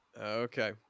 Okay